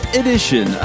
edition